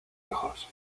hijos